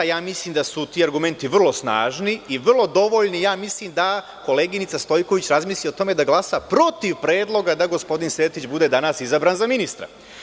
Mislim da su ti argumenti vrlo snažni i vrlo dovoljni da koleginica Stojković razmisli o tome da glasa protiv predloga da gospodin Sertić bude izabran danas za ministra.